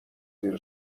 زیر